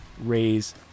raise